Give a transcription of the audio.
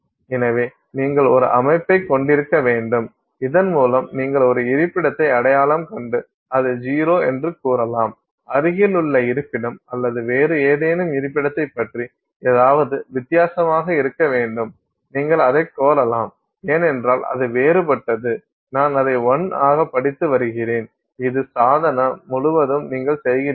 எனவே நீங்கள் ஒரு அமைப்பைக் கொண்டிருக்க வேண்டும் இதன் மூலம் நீங்கள் ஒரு இருப்பிடத்தை அடையாளம் கண்டு அது 0 என்று கூறலாம் அருகிலுள்ள இருப்பிடம் அல்லது வேறு ஏதேனும் இருப்பிடத்தைப் பற்றி ஏதாவது வித்தியாசமாக இருக்க வேண்டும் நீங்கள் அதைக் கோரலாம் ஏனென்றால் அது வேறுபட்டது நான் அதை 1 ஆக படித்து வருகிறேன் இது சாதனம் முழுவதும் நீங்கள் செய்கிறீர்கள்